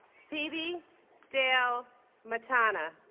phoebe dale mattana